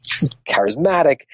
charismatic